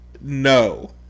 no